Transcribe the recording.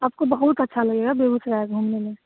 आपको बहुत अच्छा लगेगा बेगूसराय घूमने में